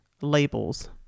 labels